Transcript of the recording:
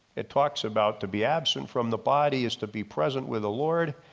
it talks about to be absent from the body is to be present with the lord